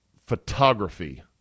photography